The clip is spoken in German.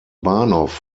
bahnhof